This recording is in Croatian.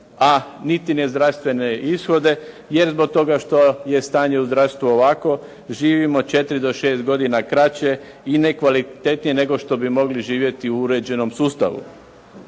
a niti ni zdravstvene ishode jer zbog toga što je stanje u zdravstvu ovako, živimo 4 do 6 godina kraće i nekvalitetnije nego što bi mogli živjeti u uređenom sustavu.